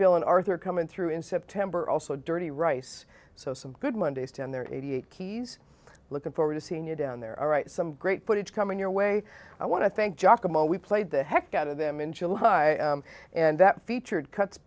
bill and arthur coming through in september also dirty rice so some good mondays down there eighty eight keys looking forward to seeing you down there all right some great footage coming your way i want to thank giacomo we played the heck out of them in july and that featured cuts